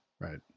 Right